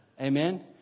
Amen